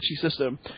system